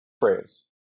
phrase